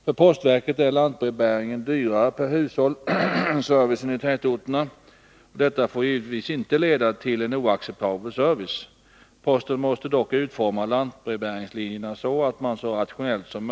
För postverket är lantbrevbäringen dyrare per hushåll än servicen i tätorterna. Detta får givetvis inte leda till en oacceptabel service. Posten Nr 94 måste dock utforma lantbrevbäringslinjerna så att man så rationellt som